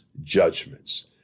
judgments